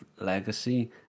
legacy